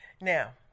Now